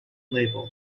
label